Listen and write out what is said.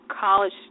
college